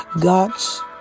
God's